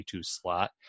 slot